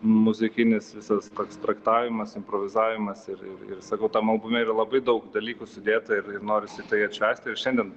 muzikinis visas toks traktavimas improvizavimas ir ir ir sakau tam albume yra labai daug dalykų sudėta ir ir norisi tai atšvęsti ir šiandien